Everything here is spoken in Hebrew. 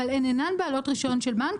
אבל הן אינן בעלות רישיון של בנק,